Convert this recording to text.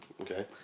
Okay